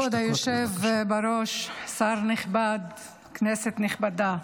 כבוד היושב בראש, שר נכבד, כנסת נכבדה,